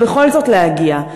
ובכל זאת להגיע,